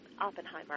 Oppenheimer